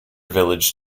village